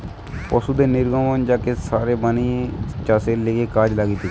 পশুদের নির্গমন থেকে যে সার বানিয়ে চাষের লিগে কাজে লাগতিছে